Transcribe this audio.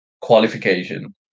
qualification